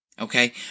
okay